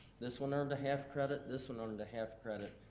this one earned a half credit, this one earned a half credit,